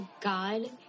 god